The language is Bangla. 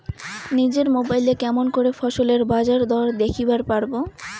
নিজের মোবাইলে কেমন করে ফসলের বাজারদর দেখিবার পারবো?